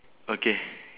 okay